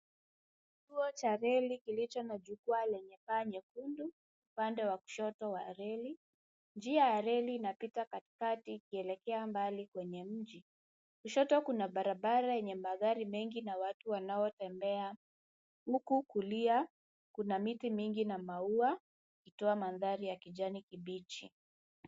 Kituo cha reli kilicho na jukwaa lenye paa nyekundu upande wa kshoto wa reli. Njia ya reli inapita katikati ikielekea mbali kwenye mji. Kushoto kuna barabara yenye magari mengi na watu wanaotembea huku kulia kuna miti mingi na maua ikitoa mandhari ya kijani kibichi.